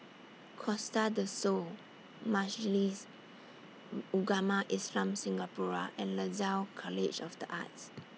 Costa Del Sol Majlis Ugama Islam Singapura and Lasalle College of The Arts